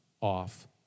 off